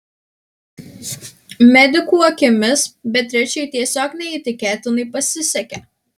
medikų akimis beatričei tiesiog neįtikėtinai pasisekė